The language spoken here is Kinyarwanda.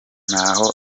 naho